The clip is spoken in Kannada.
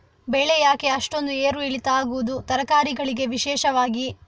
ಬೆಳೆ ಯಾಕೆ ಅಷ್ಟೊಂದು ಏರು ಇಳಿತ ಆಗುವುದು, ತರಕಾರಿ ಗಳಿಗೆ ವಿಶೇಷವಾಗಿ?